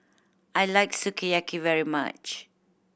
I like Sukiyaki very much